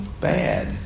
bad